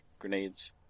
grenades